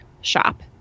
shop